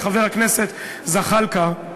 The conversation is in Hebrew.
חבר הכנסת זחאלקה,